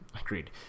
Agreed